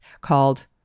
called